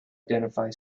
identify